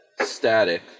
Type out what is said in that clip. static